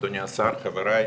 אדוני השר, חבריי.